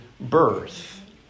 birth